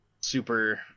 Super